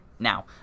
now